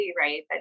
right